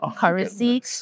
Currency